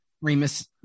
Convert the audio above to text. Remus